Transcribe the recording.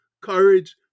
courage